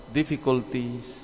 difficulties